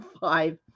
five